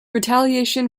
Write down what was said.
retaliation